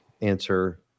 answer